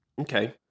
Okay